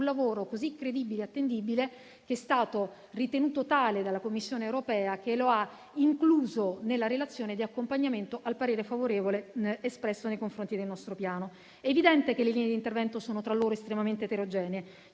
lavoro così credibile e attendibile, che è stato ritenuto tale dalla Commissione europea, che lo ha incluso nella relazione di accompagnamento al parere favorevole espresso nei confronti del nostro piano. È evidente che le linee di intervento sono tra loro estremamente eterogenee.